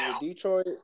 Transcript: Detroit